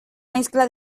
mezcla